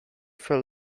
for